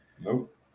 Nope